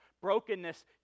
Brokenness